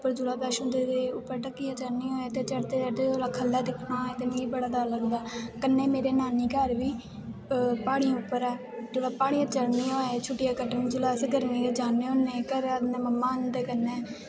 फिर छोडा बैष्णो देबी उप्पर ढक्कियां चढ़नियां होऐ ते चढ़दे चढ़दे अगर ख'ल्लै गी दिक्खना होऐ ते मिगी बड़ा डर लगदा ऐ कन्नै मेरे नानी घर बी प्हाड़ी उप्पर ऐ जिसलै प्हाड़ी चढ़नी होऐ ते छुट्टियां कट्टन जिसलै अस गर्मियें च जान्ने होन्नें घरा आह्लें कन्नै मामा होंदे कन्नै